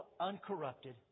uncorrupted